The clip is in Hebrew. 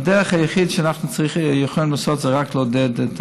הדרך היחידה שאנחנו יכולים לעשות זה רק לעודד את